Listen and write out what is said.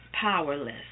powerless